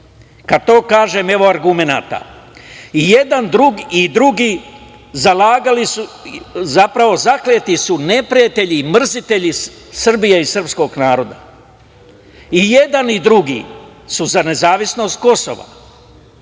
to kažem, evo argumenata, i jedan i drugi zakleti su neprijatelji i mrzitelji Srbije i srpskog naroda.I jedan i drugi su za nezavisnost Kosova.